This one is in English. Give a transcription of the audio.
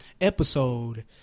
episode